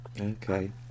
okay